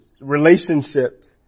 relationships